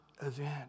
event